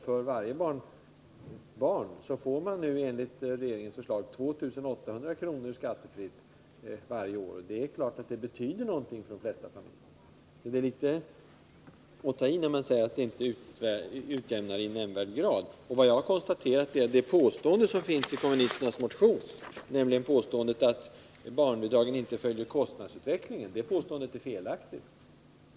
För varje barn får man enligt regeringens förslag 2 800 kr. skattefritt varje år. Det är klart att detta betyder någonting för de flesta barnfamiljer. Påståendet i kommunisternas motion att barnbidragen inte följer kostnadsutvecklingen är felaktigt.